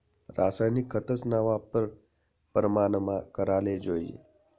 रासायनिक खतस्ना वापर परमानमा कराले जोयजे